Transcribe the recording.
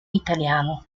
italiano